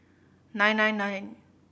nine nine nine